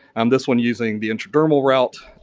um this one using the intradermal route.